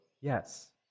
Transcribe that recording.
yes